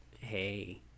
Hey